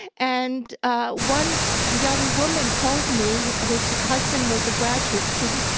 and one young woman told me, whose husband was a graduate student,